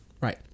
Right